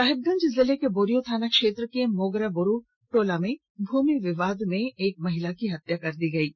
साहिबगंज जिले के बोरियो थाना क्षेत्र के मोगरा बुरु टोला में भूमि विवाद में एक महिला की हत्या कर दी गई है